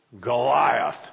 Goliath